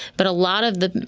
but a lot of the